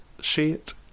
sheet